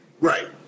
Right